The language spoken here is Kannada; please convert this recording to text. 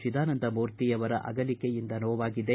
ಚಿದಾನಂದಮೂರ್ತಿ ಅವರ ಅಗಲಿಕೆಯಿಂದ ನೋವಾಗಿದೆ